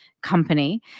company